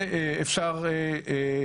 כמו כן,